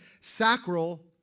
sacral